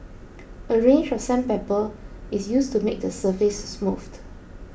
a range of sandpaper is used to make the surface smooth